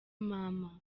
mama